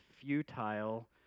futile